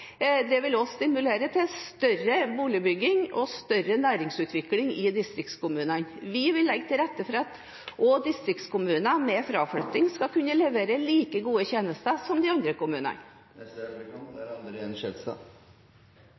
Det vil også stimulere til økt boligbygging og større næringsutvikling i distriktskommunene. Vi vil legge til rette for at også distriktskommuner med fraflytting skal kunne levere like gode tjenester som de andre kommunene.